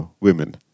women